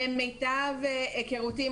למיטב היכרותי,